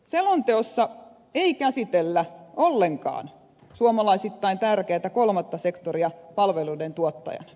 selonteossa ei käsitellä ollenkaan suomalaisittain tärkeätä kolmatta sektoria palveluiden tuottajana